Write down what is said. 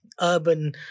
urban